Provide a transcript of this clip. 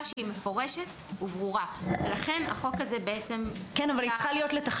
שהיא מפורשת וברורה ולכן החוק הזה בעצם --- כן,